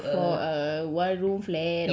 err entitled to a